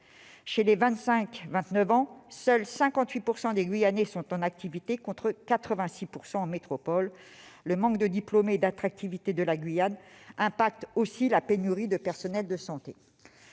Chez les 25-29 ans, seuls 58 % des Guyanais sont en activité, contre 86 % en métropole. Le manque de diplômés et d'attractivité de la Guyane a aussi des effets sur la pénurie de personnels de santé.